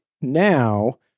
now